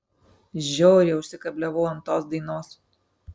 žiauriai užsikabliavau ant tos dainos